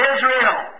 Israel